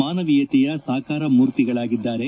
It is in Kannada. ಮಾನವೀಯತೆಯ ಸಾಕಾರ ಮೂರ್ತಿಗಳಾಗಿದ್ದಾರೆ